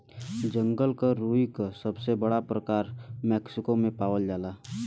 जंगल क रुई क सबसे बड़ा प्रकार मैक्सिको में पावल जाला